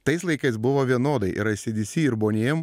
tais laikais buvo vienodai yra acdc ir bonny m